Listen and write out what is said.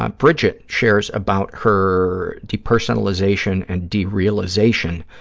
ah bridget shares about her depersonalization and derealization,